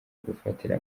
gufatira